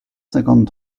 cinquante